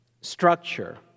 structure